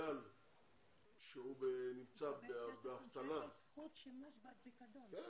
יקבל 6,000 שקלים, זכות שימוש בפיקדון.